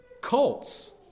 cults